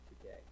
today